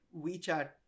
wechat